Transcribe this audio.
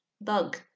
bug